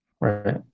Right